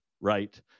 right